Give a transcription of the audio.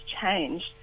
changed